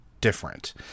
different